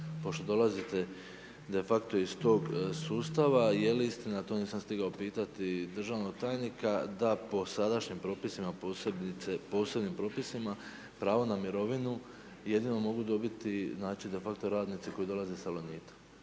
Pošto dolazite de facto iz tog sustava, je li istina, nisam stigao pitati državnog tajnika, da po sadašnjim propisima posebice, posebnim propisima pravo na mirovinu jedino mogu dobiti znači de facto radnici koji dolaze iz Salonita,